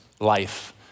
LIFE